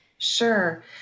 Sure